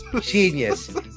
genius